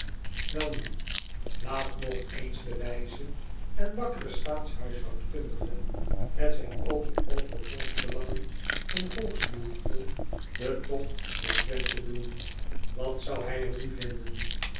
elnu laat nog eens de wijze en wakkere staathuishoudkundige met zijn open oog voor volksbelangen en volksbehoeften den togt door wenthe doen at zou hij er nu vinden